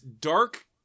dark